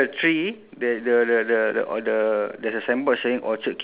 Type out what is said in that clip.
in the middle ah